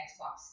Xbox